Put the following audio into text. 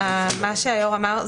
מה שהיושב ראש אמר,